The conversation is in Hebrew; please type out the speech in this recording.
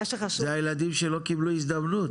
זה הילדים שלא קיבלו הזדמנות.